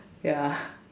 ya